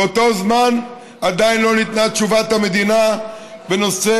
באותו זמן עדיין לא ניתנה תשובת המדינה בנושא